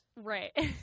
Right